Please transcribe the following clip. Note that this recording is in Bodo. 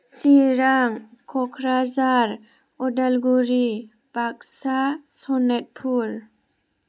चिरां क'क्राझार उदालगुरि बाक्सा सनितपुर